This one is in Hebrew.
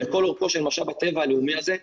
לכל אורכו של משאב הטבע הלאומי הזה,